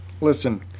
Listen